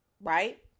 right